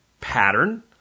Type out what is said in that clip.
pattern